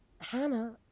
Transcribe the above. Hannah